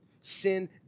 Sin